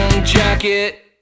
Jacket